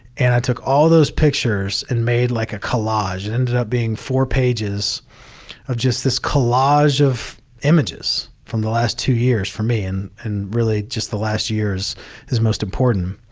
and i took all those pictures and made like a collage. it ended up being four pages of just this collage of images from the last two years for me and and really just the last year is most important.